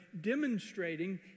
demonstrating